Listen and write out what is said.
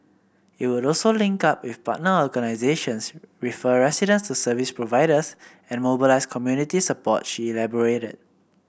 it would also link up with partner organisations refer residents to service providers and mobilise community support she elaborated